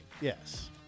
yes